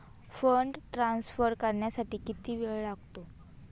Fund transfer करण्यासाठी किती वेळ लागतो?